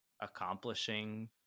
accomplishing